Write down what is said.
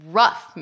rough